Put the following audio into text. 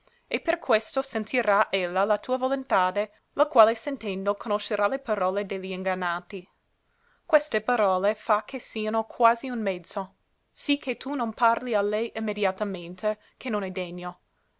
e per questo sentirà ella la tua volontade la quale sentendo conoscerà le parole de li ingannati queste parole fa che siano quasi un mezzo sì che tu non parli a lei immediatamente che non è degno